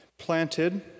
Planted